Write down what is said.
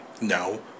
No